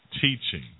Teaching